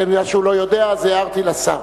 כנראה הוא לא יודע, אז הערתי לשר.